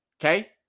Okay